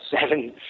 seven